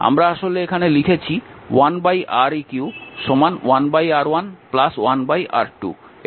আমরা আসলে এখানে লিখেছি 1Req 1 R1 1 R2